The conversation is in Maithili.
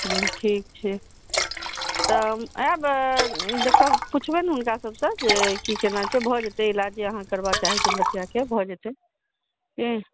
ठीक छै तऽ आएब पुछबनि हुनका सभसँ जे की केना छै भए जेतए इलाज जे अहाँ करबऽ चाहैत छी बच्चिआके भए जेतए